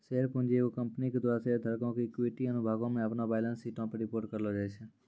share पूंजी एगो company के द्वारा शेयर धारको के इक्विटी अनुभागो मे अपनो बैलेंस शीटो पे रिपोर्ट करलो जाय छै